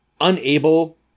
unable